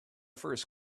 first